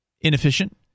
inefficient